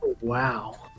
Wow